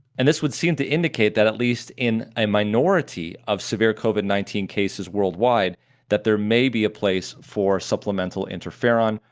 and this would seem to indicate that at least in a minority of severe covid nineteen cases worldwide that there may be a place for supplemental interferon,